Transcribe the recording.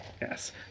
Yes